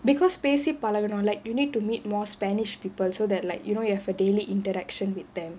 because பேசி பழகனும்ல:paesi palaganumla like you need to meet more spanish people so that like you know you have a daily interaction with them